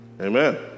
Amen